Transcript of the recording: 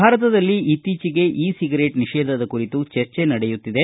ಭಾರತದಲ್ಲಿ ಇತ್ತೀಚೆಗೆ e cigarette ನಿಷೇಧದ ಕುರಿತು ಚರ್ಚೆ ನಡೆಯುತ್ತಿದೆ